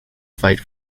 fight